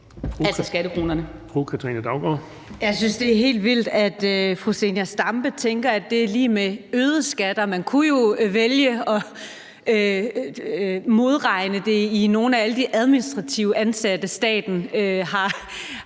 Jeg synes, det er helt vildt, at fru Zenia Stampe tænker, at det er lig med øgede skatter; man kunne jo vælge at modregne det i nogle af alle de administrativt ansatte, som staten har